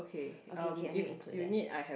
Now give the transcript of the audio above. okay okay I need include that